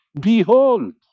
behold